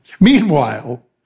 Meanwhile